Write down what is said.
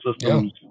systems